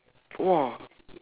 !whoa!